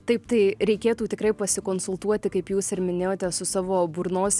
taip tai reikėtų tikrai pasikonsultuoti kaip jūs ir minėjote su savo burnos